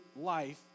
life